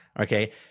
Okay